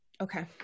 Okay